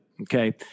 okay